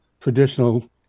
traditional